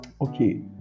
Okay